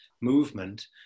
movement